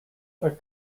are